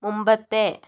മുമ്പത്തേ